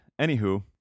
Anywho